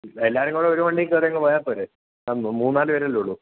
എല്ലാവരും കൂടെ ഒരു വണ്ടിയില് കയറിയങ്ങ് പോയാല് പോരെ മൂന്നു നാല് പേരല്ലേയുള്ളൂ